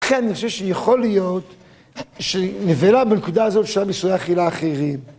כן, אני חושב שיכול להיות, שנבילה בנקודה הזאת, בשונה מאיסורי אכילה אחרים,